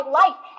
life